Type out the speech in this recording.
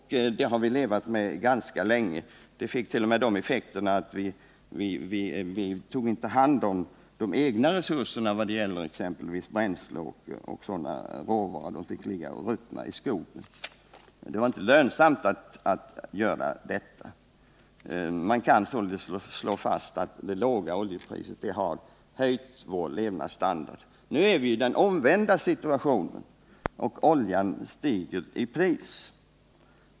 De fördelarna har vi levat med ganska länge, och effekterna blev t.o.m. att vi inte tog hand om våra egna resurser i form av bränsle och råvaror. De fick ligga och ruttna i skogen. Det var inte lönsamt att ta vara på dem. Man kan således slå fast att det låga oljepriset hittilldags har höjt vår levnadsstandard ganska avsevärt. Nu är vi i den omvända situationen, och oljan stiger i pris.